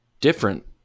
different